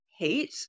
hate